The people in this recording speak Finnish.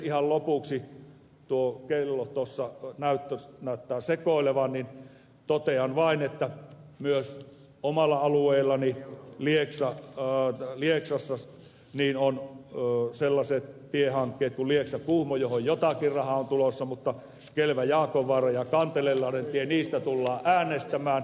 ihan lopuksi kun tuo kello tuossa näyttää sekoilevan totean vain että myös omalla alueellani lieksassa on sellainen tiehanke kuin lieksakuhmo johon jotakin rahaa on tulossa mutta kelväjaakonvaara ja kantelelahdentie niistä tullaan äänestämään